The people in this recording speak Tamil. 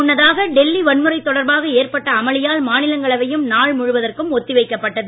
முன்னதாக டெல்லி வன்முறை தொடர்பாக ஏற்பட்ட அமளியால் மாநிலங்களவையும் நாள் முழுவதற்கும் ஒத்தி வைக்கப்பட்டது